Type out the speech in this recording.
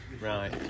right